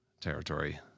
territory